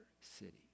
city